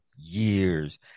years